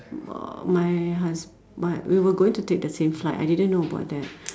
uh my hus~ my we were going to take the same flight I didn't know about that